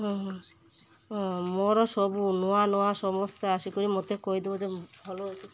ହଁ ମୋର ସବୁ ନୂଆ ନୂଆ ସମସ୍ତେ ଆସିକରି ମୋତେ କହିଦଉ ଯେ ଭଲ ଅଛି